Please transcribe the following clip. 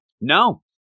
No